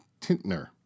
Tintner